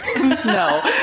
No